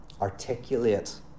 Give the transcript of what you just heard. articulate